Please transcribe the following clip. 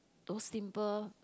those simple